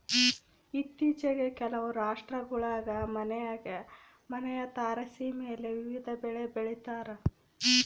ಇತ್ತೀಚಿಗೆ ಕೆಲವು ರಾಷ್ಟ್ರಗುಳಾಗ ಮನೆಯ ತಾರಸಿಮೇಲೆ ವಿವಿಧ ಬೆಳೆ ಬೆಳಿತಾರ